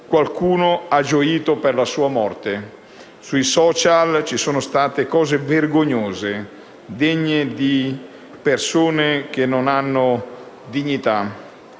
qualcuno ha gioito per la sua morte; sui *social network* sono apparse frasi vergognose, degne di persone che non hanno dignità.